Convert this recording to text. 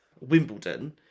Wimbledon